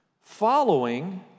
following